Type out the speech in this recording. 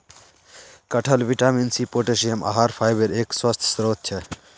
कटहल vitamin C, potassium, आहार फाइबरेर एक स्वस्थ स्रोत छे